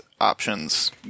options